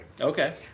Okay